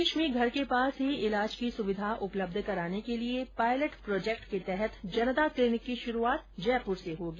प्रदेश में घर के पास ही इलाज की सुविधा उपलब्ध कराने के लिये पायलट प्रोजेक्ट के तहत जनता क्लिनिक की शुरूआत जयपुर से होगी